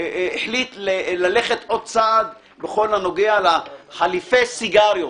החליט ללכת עוד צעד בכל הנוגע לחליפי הסיגריות,